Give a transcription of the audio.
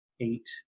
eight